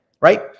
Right